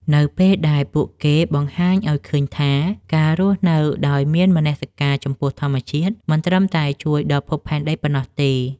នៅពេលដែលពួកគេបង្ហាញឱ្យឃើញថា ការរស់នៅដោយមានមនសិការចំពោះធម្មជាតិមិនត្រឹមតែជួយដល់ភពផែនដីប៉ុណ្ណោះទេ។